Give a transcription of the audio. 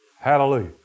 Hallelujah